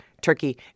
Turkey